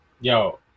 yo